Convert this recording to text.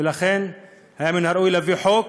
ולכן היה מן הראוי להביא חוק